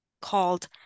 called